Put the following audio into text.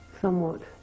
somewhat